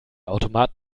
automat